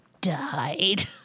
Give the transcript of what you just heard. died